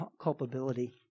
culpability